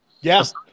yes